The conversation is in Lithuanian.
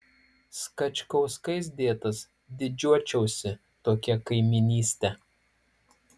skačkauskais dėtas didžiuočiausi tokia kaimynyste